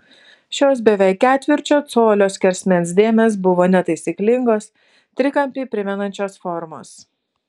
šios beveik ketvirčio colio skersmens dėmės buvo netaisyklingos trikampį primenančios formos